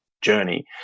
journey